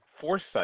foresight